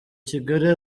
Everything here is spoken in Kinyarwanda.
kigali